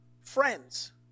friends